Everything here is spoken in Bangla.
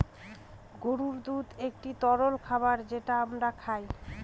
গরুর দুধ একটি তরল খাবার যেটা আমরা খায়